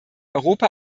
europa